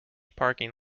parking